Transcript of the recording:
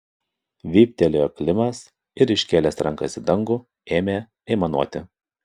vyptelėjo klimas ir iškėlęs rankas į dangų ėmė aimanuoti